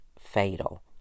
fatal